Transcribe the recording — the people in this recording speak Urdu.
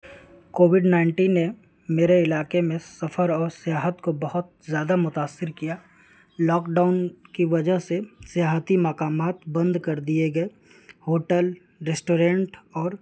کووڈ نائنٹ نے میرے علاقے میں سفر اور سیاحت کو بہت زیادہ متاثر کیا لاک ڈاؤن کی وجہ سے سیاحتی مقامات بند کر دیے گئے ہوٹل ریسٹورنٹ اور